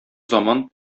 заман